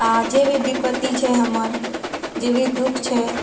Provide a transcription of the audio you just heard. आओर जे भी विपत्ति छियै हमर जे भी दुःख छै